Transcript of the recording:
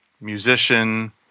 musician